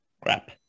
crap